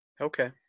Okay